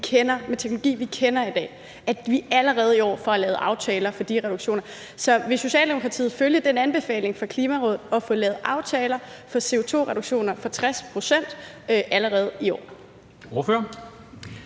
med teknologi, som vi kender i dag, at vi allerede i år får lavet aftaler for de reduktioner. Så vil Socialdemokratiet følge den anbefaling fra Klimarådet og få lavet aftaler for CO2-reduktioner for 60 pct. allerede i år?